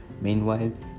Meanwhile